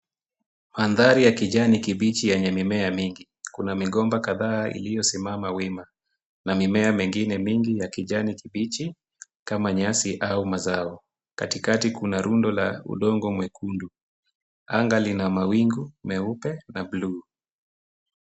Mandhari ya kijani kibichi yenye mimea mingi. Kuna migomba kadhaa iliyosimama wima na mimea mengine mingi ya kijani kibichi, kama nyasi au mazao. Katikati kuna rundo la udongo mwekundu. Anga lina mawingu meupe ya bluu.